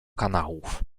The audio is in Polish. kanałów